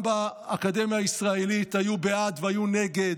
גם באקדמיה הישראלית היו בעד והיו נגד.